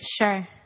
sure